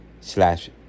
slash